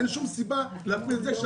אין שום סיבה להפריד ביניהם,